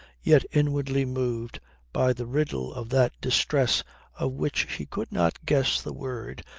yet inwardly moved by the riddle of that distress of which she could not guess the word,